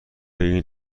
این